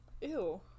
Ew